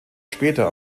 später